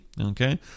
Okay